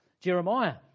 Jeremiah